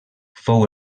fou